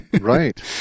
Right